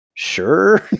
Sure